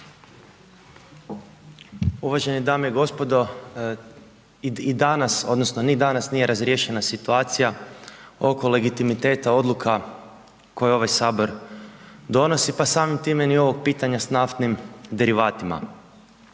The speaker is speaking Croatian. Uvažene dame i gospodo i danas, odnosno ni danas nije razriješena situacija oko legitimiteta odluka koje ovaj Sabor donosi pa samim time ni ovog pitanja s naftnim derivatima.